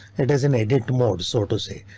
it is in edit mode so to say.